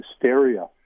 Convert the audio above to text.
hysteria